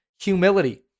humility